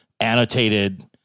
annotated